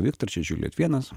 viktor čia džiuljet vienas